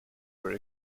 were